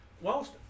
Whilst